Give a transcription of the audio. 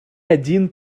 один